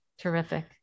Terrific